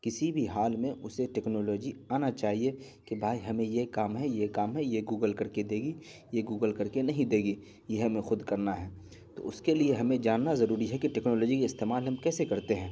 کسی بھی حال میں اسے ٹکنالوجی آنا چاہیے کہ بھائی ہمیں یہ کام ہے یہ کام ہے یہ گوگل کر کے دے گی یہ گوگل کر کے نہیں دے گی یہ ہمیں خود کرنا ہے تو اس کے لیے ہمیں جاننا ضروری ہے کہ ٹکنالوجی کا استعمال ہم کیسے کرتے ہیں